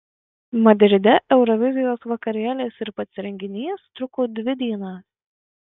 madride eurovizijos vakarėlis ir pats renginys truko dvi dienas